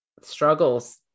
struggles